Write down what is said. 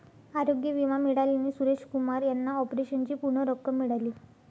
आरोग्य विमा मिळाल्याने सुरेश कुमार यांना ऑपरेशनची पूर्ण रक्कम मिळाली